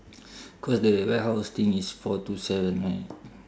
cause the warehouse thing is four to seven right